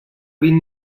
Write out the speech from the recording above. vint